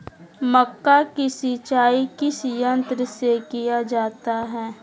मक्का की सिंचाई किस यंत्र से किया जाता है?